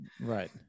Right